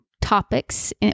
topics